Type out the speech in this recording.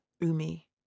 Umi